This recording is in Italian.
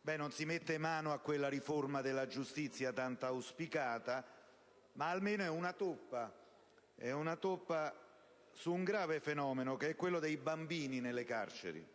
Non si mette mano alla riforma della giustizia tanto auspicata, ma almeno questa è una toppa sul grave fenomeno dei bambini nelle carceri.